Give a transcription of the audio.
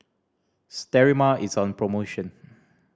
sterimar is on promotion